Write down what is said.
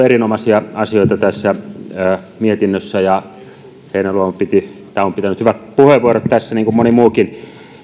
erinomaisia asioita ja heinäluoma on pitänyt hyvät puheenvuorot tässä niin kuin moni muukin